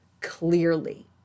clearly